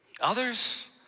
Others